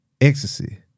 Ecstasy